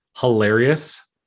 hilarious